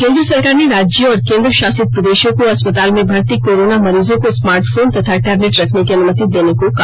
केन्द्र सरकार ने राज्यों और केन्द्रशासित प्रदेशों को अस्पताल में भर्ती कोरोना मरीजों को स्मार्ट फोन तथा टैबलेट रखने की अनुमति देने को कहा